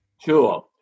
Sure